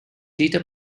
data